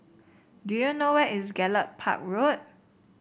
do you know where is Gallop Park Road